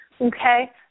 Okay